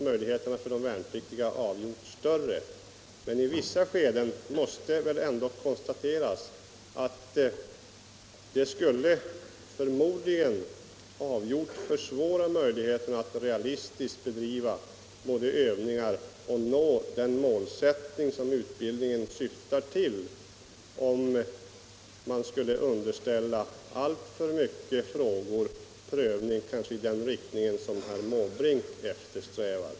Men det måste väl ändå konstateras att man i vissa fall förmodligen skulle avgjort försvåra möjligheterna att realistiskt bedriva övningar och nå det mål som utbildningen syftar till, om man skulle låta alltför mycket underställas prövning i den riktning som herr Måbrink eftersträvar.